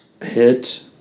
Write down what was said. Hit